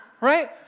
Right